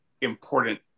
important